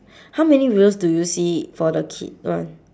how many wheels do you see for the kid one